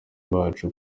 bacu